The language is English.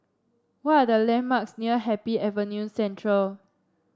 what are the landmarks near Happy Avenue Central